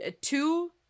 two